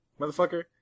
motherfucker